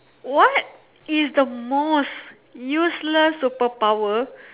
what is the most useless superpower